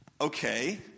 Okay